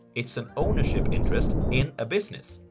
it's an ownership interest in a business.